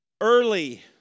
Early